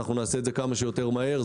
נעשה את זה כמה שיותר מהר.